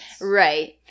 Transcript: Right